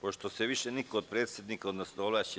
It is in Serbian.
Pošto se više niko od predsednika, odnosno ovlašćenih…